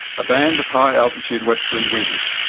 a band of high altitude westerly winds,